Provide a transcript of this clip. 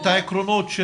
את העקרונות.